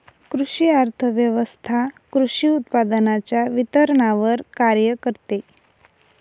कृषी अर्थव्यवस्वथा कृषी उत्पादनांच्या वितरणावर कार्य करते